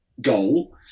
goal